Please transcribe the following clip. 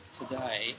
today